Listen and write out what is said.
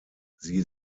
sie